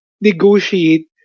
negotiate